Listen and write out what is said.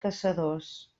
caçadors